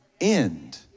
end